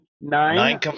nine